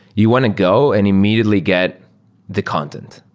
you want to go and immediately get the content.